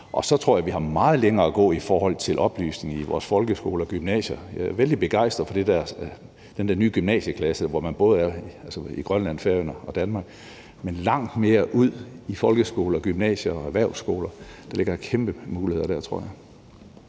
Og så tror jeg, at vi har meget længere at gå i forhold til oplysning i vores folkeskoler og gymnasier. Jeg er vældig begejstret for den der nye gymnasieklasse, hvor man både er i Grønland, på Færøerne og i Danmark. Men man skal langt mere ud i folkeskoler og gymnasier og erhvervsskoler, for der ligger kæmpe muligheder dér, tror jeg.